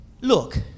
Look